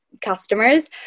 customers